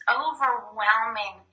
overwhelming